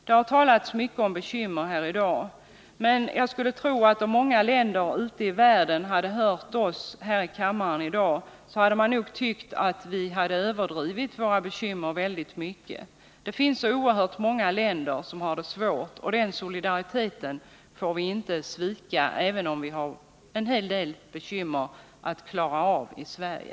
Det har talats mycket om bekymmer här i dag. Men jag skulle tro att om man i många länder ute i världen hade hört oss här i kammaren i dag, hade man nog tyckt att vi överdriver våra bekymmer väldigt mycket. Det finns så oerhört många länder som har det svårt, och solidariten med dem får vi inte svika, även om vi har en hel del bekymmer att klara av i Sverige.